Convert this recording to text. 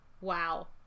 Wow